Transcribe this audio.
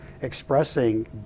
expressing